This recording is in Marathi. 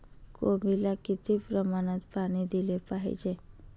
कोबीला किती प्रमाणात पाणी दिले पाहिजे?